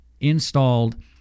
installed